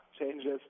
changes